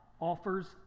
offers